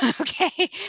Okay